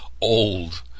old